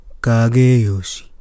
Kageyoshi